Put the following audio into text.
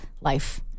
life